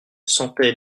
sentait